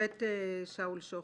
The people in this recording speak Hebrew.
השופט שאול שוחט,